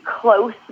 close